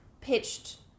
pitched